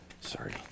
sorry